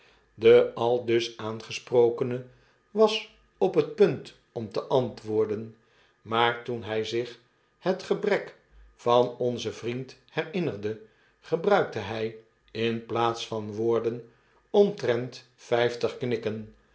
de aldus aangesprokene was op het punt om te antwoorden maar toen hy zich het gebrek van onzen vriend herinnerde gebruikte hy in plaats van woorden omtrent vijftig knikken